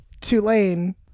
Tulane